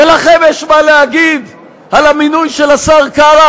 ולכם יש מה להגיד על המינוי של השר קרא,